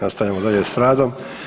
Nastavljamo dalje s radom.